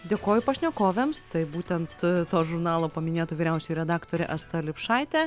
dėkoju pašnekovėms tai būtent to žurnalo paminėto vyriausioji redaktorė asta lipšaitė